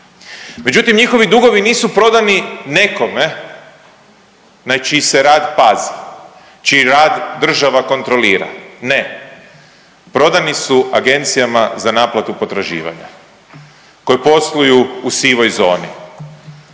Međutim, njihovi dugovi nisu prodani nekome na čiji se rad pazi, čiji rad država kontrolira, ne, prodani su agencijama za naplatu potraživanja koji posluju u sivoj zoni.